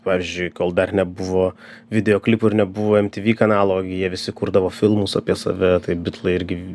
pavyzdžiui kol dar nebuvo videoklipų ir nebuvo mtv kanalo gi jie visi kurdavo filmus apie save tai bitlai irgi